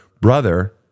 brother